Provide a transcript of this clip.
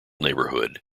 neighborhood